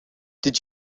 did